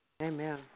Amen